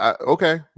okay